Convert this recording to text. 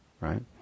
right